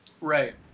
Right